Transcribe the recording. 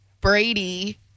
Brady